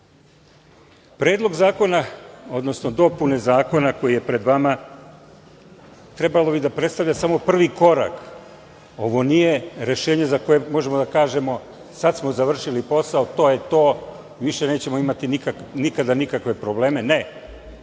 sredini. Predlog zakona, odnosno dopune zakona koji je pred vama trebalo bi da prestavlja samo prvi korak. Ovo nije rešenje za koje možemo da kažemo - sada smo završili posao to je to više nećemo imati nikada nikakve probleme. Ne,